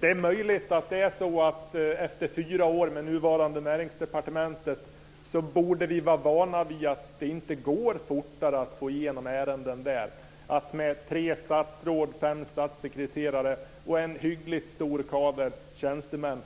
Det är möjligt att vi, efter fyra år med nuvarande Näringsdepartementet, borde vi vara vana vid att det inte går fortare att få igenom ärenden där, att tre statsråd, fem statssekreterare och en hyggligt stor stab tjänstemän